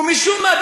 ומשום מה,